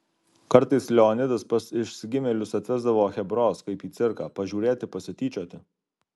kartais leonidas pas išsigimėlius atvesdavo chebros kaip į cirką pažiūrėti pasityčioti